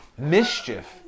Mischief